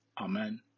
Amen